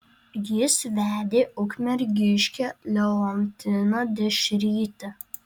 jis vedė ukmergiškę leontiną dešrytę